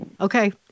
Okay